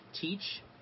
Teach